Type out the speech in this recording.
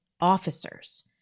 officers